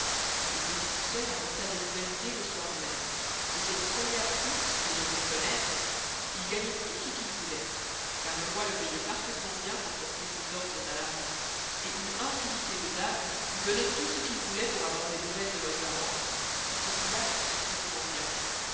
le petit pouçet rapporta des nouvelles dés le soir même et cette premiere course l'ayant fait connoître il gagnoit tout ce qu'il vouloit car le roi le payoit parfaitement bien pour porter ses ordres à l'armée et une infinité de dames luy donnoient tout ce qu'il vouloit pour avoir des nouvelles de leurs amans et ce fut là son plus grand gain